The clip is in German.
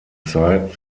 zeit